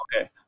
okay